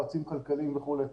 יועצים כלכליים וכולי.